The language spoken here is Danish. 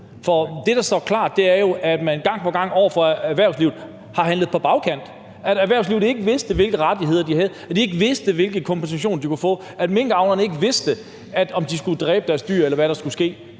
For det, der står klart, er jo, at man gang på gang over for erhvervslivet har handlet på bagkanten; at erhvervslivet ikke vidste, hvilke rettigheder de havde; at de ikke vidste, hvilke kompensationer de kunne få; at minkavlerne ikke vidste, om de skulle dræbe deres dyr, eller hvad der skulle ske.